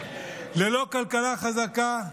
ללא כלכלה חזקה,